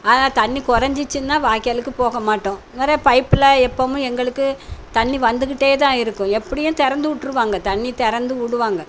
ஆனால் தண்ணி குறைஞ்சிச்சினா வாய்க்காலுக்கு போகமாட்டோம் நிறைய பைப்பில் எப்போதும் எங்களுக்கு தண்ணி வந்துக்கிட்டேதான் இருக்கும் எப்படியும் திறந்து விட்ருவாங்க தண்ணி திறந்து விடுவாங்க